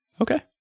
Okay